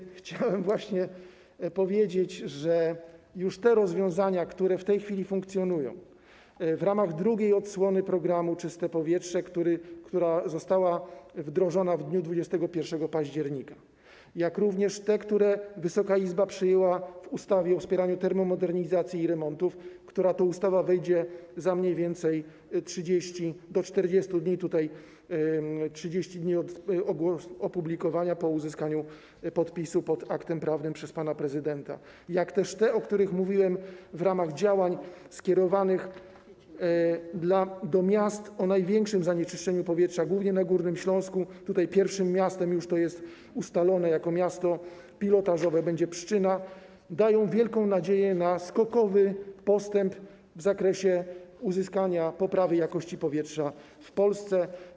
Kończąc, chciałem właśnie powiedzieć, że już te rozwiązania, które w tej chwili funkcjonują w ramach drugiej odsłony programu „Czyste powietrze”, która została wdrożona w dniu 21 października, jak również te, które Wysoka Izba przyjęła w ustawie o wspieraniu termomodernizacji i remontów, która to ustawa wejdzie za mniej więcej 30 do 40 dni, 30 dni od opublikowania po uzyskaniu pod aktem prawnym podpisu pana prezydenta, jak też te, o których mówiłem, w ramach działań skierowanych do miast o największym zanieczyszczeniu powietrza, głównie na Górnym Śląsku, i tutaj pierwszym miastem, to jest już ustalone, jako miasto pilotażowe będzie Pszczyna - dają wielką nadzieję na skokowy postęp w zakresie uzyskania poprawy jakości powietrza w Polsce.